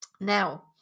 now